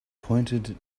pointed